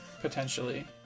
potentially